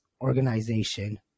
organization